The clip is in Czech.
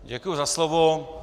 Děkuji za slovo.